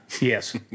Yes